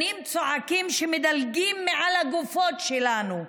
שנים צועקים שמדלגים מעל הגופות שלנו.